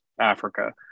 Africa